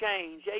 change